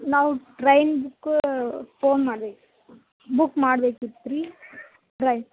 ನಾವು train book phone ಮಾಡಿದ್ವಿ book ಮಾಡ್ಬೇಕಿತ್ರಿ ಟ್ರೈನ್